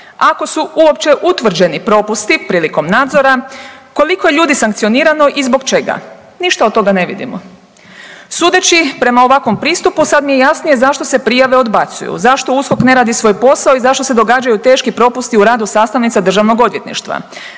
ako su uopće utvrđeni propusti prilikom nadzora koliko je ljudi sankcionirano i zbog čega, ništa od toga ne vidimo. Sudeći prema ovakvom pristupu sad mi je jasnije zašto se prijave odbacuju, zašto USKOK ne radi svoj posao i zašto se događaju teški propusti u sastavnica državnog odvjetništva.